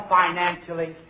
financially